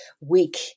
weak